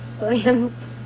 Williams